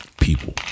people